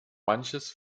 manches